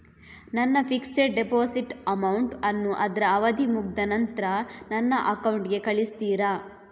ನನ್ನ fixed deposit amount ಅನ್ನು ಅದ್ರ ಅವಧಿ ಮುಗ್ದ ನಂತ್ರ ನನ್ನ ಅಕೌಂಟ್ ಗೆ ಕಳಿಸ್ತೀರಾ?